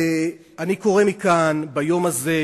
אני קורא מכאן ביום הזה,